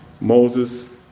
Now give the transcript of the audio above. Moses